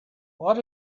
what